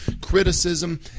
criticism